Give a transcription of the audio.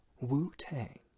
Wu-Tang